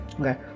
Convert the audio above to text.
Okay